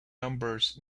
numbers